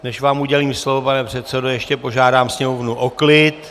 Než vám udělím slovo, pane předsedo, ještě požádám sněmovnu o klid.